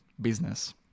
business